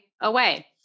away